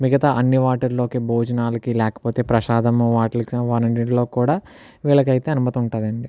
మిగతా అన్ని వాటిల్లోకి భోజనాలకి లేకపోతే ప్రసాదం వాటిల్లోకి వాటి అన్నిటిలోకి కూడా వీళ్ళకైతే అనుమతి ఉంటుంది అండి